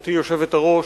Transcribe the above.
גברתי היושבת-ראש,